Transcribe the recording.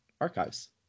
archives